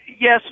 yes